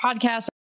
podcast